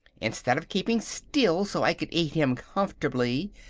instead of keeping still, so i could eat him comfortably,